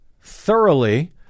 thoroughly